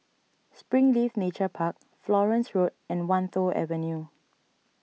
Springleaf Nature Park Florence Road and Wan Tho Avenue